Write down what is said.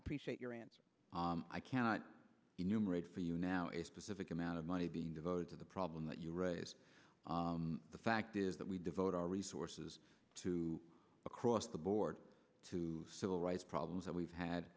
appreciate your answer i cannot be numerate for you now a specific amount of money being devoted to the problem that you raise the fact is that we devote our resources to across the board to civil rights problems and we've had